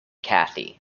cathy